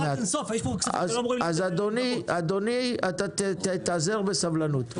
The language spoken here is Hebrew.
--- אז אדוני, תיעזר בסבלנות.